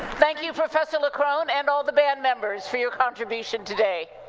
thank you, professor leckrone and all the band members for your contribution today.